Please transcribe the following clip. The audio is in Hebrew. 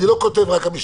אני לא כותב: רק המשטרה.